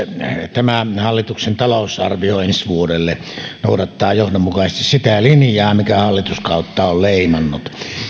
tämä hallituksen talousarvio ensi vuodelle noudattaa johdonmukaisesti sitä linjaa mikä hallituskautta on leimannut